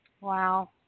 Wow